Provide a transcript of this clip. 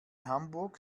hamburg